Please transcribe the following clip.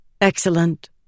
Excellent